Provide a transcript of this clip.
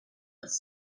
was